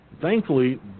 Thankfully